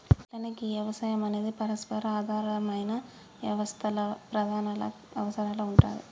గట్లనే గీ యవసాయం అనేది పరస్పర ఆధారమైన యవస్తల్ల ప్రధానల వరసల ఉంటాది